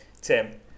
Tim